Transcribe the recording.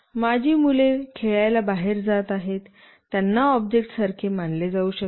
माझी मुले खेळायला बाहेर जात आहेत त्यांना ऑब्जेक्ट्ससारखे मानले जाऊ शकते